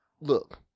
look